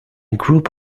group